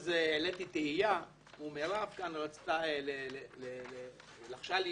אז העליתי תהייה, ומירב לחשה לי